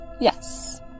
Yes